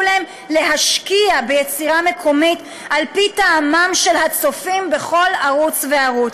להם להשקיע ביצירה מקומית על פי טעמם של הצופים בכל ערוץ וערוץ.